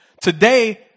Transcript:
Today